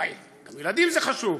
גם ילדים זה חשוב,